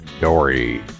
dory